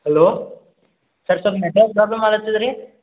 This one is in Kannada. ಹಲೋ ಸರ್ ತಮ್ಮ ನೆಟ್ವರ್ಕ್ ಪ್ರಾಬ್ಲಮ್ ಆಗತಾದ ರೀ